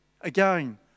again